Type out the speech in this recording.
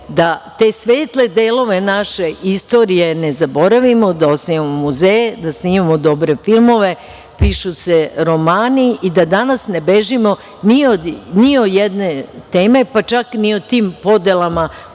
da te svetle delove naše istorije ne zaboravimo, da osnivamo muzeje, da snimamo dobre filmove, pišu se romani i da danas ne bežimo ni od jedne teme, pa čak ni o tim podelama